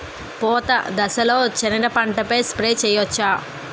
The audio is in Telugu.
పూత దశలో సెనగ పంటపై స్ప్రే చేయచ్చా?